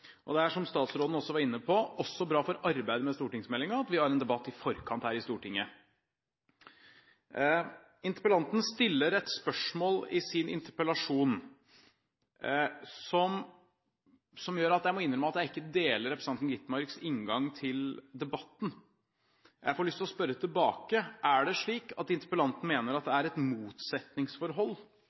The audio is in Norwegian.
utviklingspolitikken. Det er, som statsråden også var inne på, også bra for arbeidet med stortingsmeldingen at vi har en debatt i forkant her i Stortinget. Interpellanten stiller et spørsmål i sin interpellasjon som gjør at jeg må innrømme at jeg ikke deler representanten Skovholt Gitmarks inngang til debatten. Jeg får lyst til å spørre tilbake: Er det slik at interpellanten mener at det er et motsetningsforhold